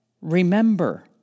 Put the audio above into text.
remember